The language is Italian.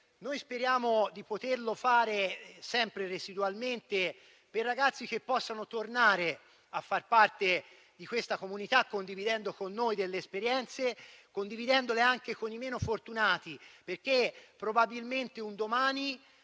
noi speriamo di poterlo fare, sempre residualmente, per ragazzi che possano tornare a far parte di questa comunità, condividendo con noi delle esperienze, condividendole anche con i meno fortunati perché probabilmente un domani,